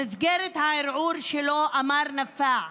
במסגרת הערעור שלו אמר נפאע: